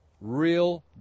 Real